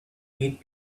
eat